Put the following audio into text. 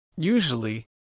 Usually